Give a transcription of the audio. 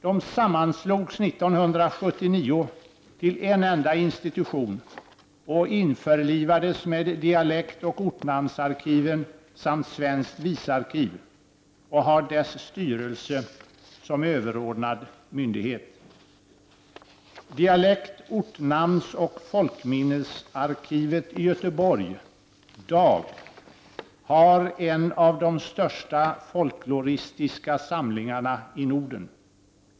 De sammanslogs 1979 till en enda institution och införlivades med dialektoch ortnamnsarkiven samt svenskt visarkiv och har dess styrelse som överordnad myndighet. Dialekt-, ortnamnsoch folkminnesarkivet i Göteborg, DAG, har en av de största folkloristiska samlingarna i Norden.